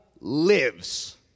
lives